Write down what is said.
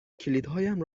کلیدهایم